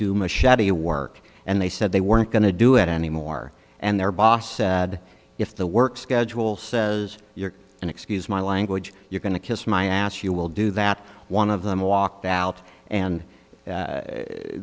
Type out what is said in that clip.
machete work and they said they weren't going to do it anymore and their boss said if the work schedule says you're an excuse my language you're going to kiss my ass you will do that one of them walked out and